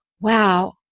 wow